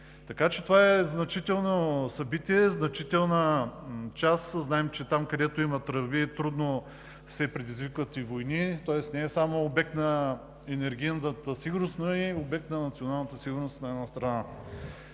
Така че това е значително събитие, значителна част. Знаем, че там, където има тръби, трудно се предизвикват и войни, тоест не е само обект на енергийната сигурност, но е и обект на националната сигурност на една страна.